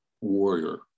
warrior